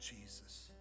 Jesus